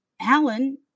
Alan